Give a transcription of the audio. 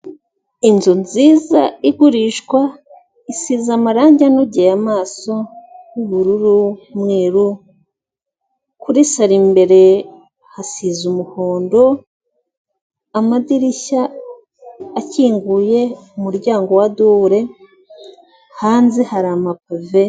Inzu nziza igurishwa isize amarangi anogeye amaso y'ubururu n'umweru kuri salo imbere hasize umuhondo amadirishya akinguye umuryango wa dubure hanze hari amapave.